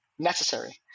Necessary